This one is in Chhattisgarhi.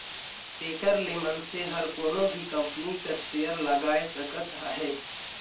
तेकर ले मइनसे हर कोनो भी कंपनी कर सेयर लगाए सकत अहे